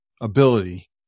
ability